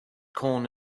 corn